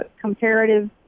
comparative